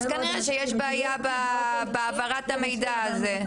אז כנראה שיש פה בעיה בהעברת המידע הזה,